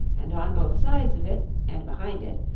and on both sides of it, and behind it,